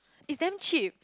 it's damn cheap